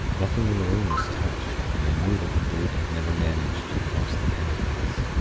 nothing in the room was touched, and i knew that the brute had never managed to cross the pentacles.